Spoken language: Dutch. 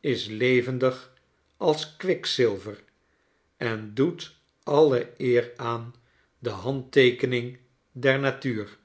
is levendig als kwikzilver en doet alle eer aan de handteekening der natuur